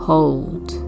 Hold